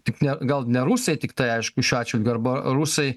tik ne gal ne rusija tiktai aišku šiuo atžvilgiu arba rusai